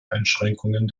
einschränkungen